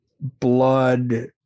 blood